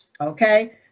okay